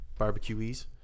barbecuees